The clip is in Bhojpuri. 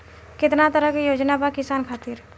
केतना तरह के योजना बा किसान खातिर?